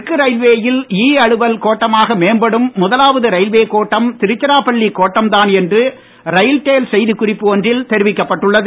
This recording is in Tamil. தெற்கு ரயில்வேயில் இ அலுவல் கோட்டமாக மேம்படும் முதலாவது ரயில்வே கோட்டம் திருச்சிராப்பள்ளி கோட்டம் தான் என்று ரயில்டெல் செய்தி குறிப்பு ஒன்றில் தெரிவிக்கப்பட்டுள்ளது